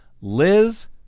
Liz